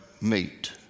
meet